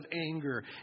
anger